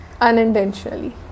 Unintentionally